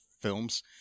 films